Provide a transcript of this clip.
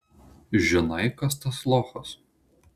žinai kas tas lochas